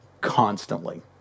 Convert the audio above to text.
constantly